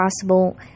possible